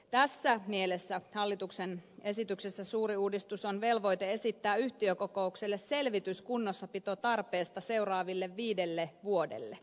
tässä mielessä hallituksen esityksessä suuri uudistus on velvoite esittää yhtiökokoukselle selvitys kunnossapitotarpeesta seuraaville viidelle vuodelle